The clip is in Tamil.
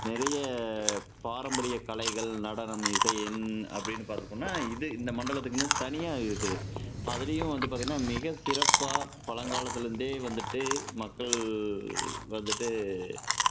நிறைய பாரம்பரிய கலைகள் நடனம் இசையின் அப்படின்னு பார்க்கப் போனால் இது இந்த மண்டலத்துக்குனு தனியாக இருக்குது அதுலேயும் வந்து பார்த்திங்கன்னா மிக சிறப்பாக பழங்காலத்திலருந்தே வந்துவிட்டு மக்கள் வந்துவிட்டு